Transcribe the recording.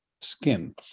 skin